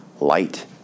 light